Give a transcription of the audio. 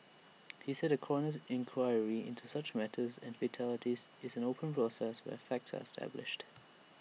he said A coroner's inquiry into such matters and fatalities this is an open process where facts are established